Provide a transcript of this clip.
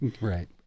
right